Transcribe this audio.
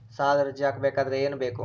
ಸಾಲದ ಅರ್ಜಿ ಹಾಕಬೇಕಾದರೆ ಏನು ಬೇಕು?